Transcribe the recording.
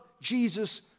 Jesus